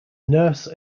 nurse